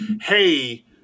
hey